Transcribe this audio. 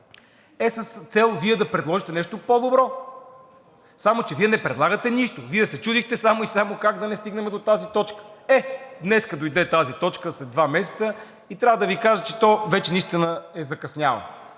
е с цел Вие да предложите нещо по-добро. Само че Вие не предлагате нищо. Вие се чудихте само и само как да не стигнем до тази точка. Е, днес дойде тази точка след два месеца и трябва да Ви кажа, че то вече наистина е закъсняло.